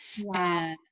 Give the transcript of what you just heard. Wow